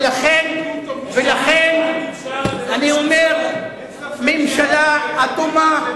פרטנרים, לכן אני אומר: ממשלה אטומה,